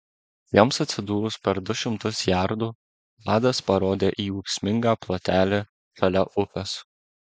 jiems atsidūrus per du šimtus jardų vadas parodė į ūksmingą plotelį šalia upės